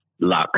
luck